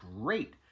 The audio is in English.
great